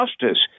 justice